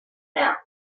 towns